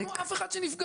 פשוט אין אף אחד שנפגע.